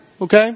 okay